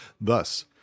thus